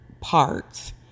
parts